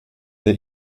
the